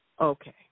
Okay